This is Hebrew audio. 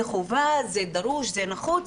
זה חובה, זה דרוש, זה נחוץ,